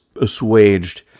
assuaged